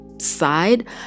side